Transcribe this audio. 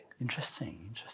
Interesting